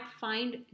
find